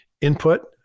input